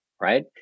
right